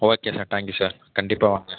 okay sir thank you sir கண்டிப்பாக வாங்க